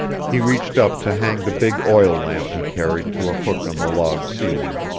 he reached up to hang the big oil lamp he carried to a hook in the log ceiling,